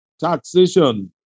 taxation